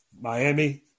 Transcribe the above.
Miami